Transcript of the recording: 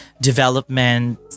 development